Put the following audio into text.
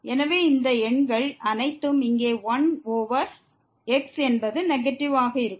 எனவே இந்த எண்கள் அனைத்தும் இங்கே 1 ஓவர் x என்பது நெகட்டிவ் ஆக இருக்கும்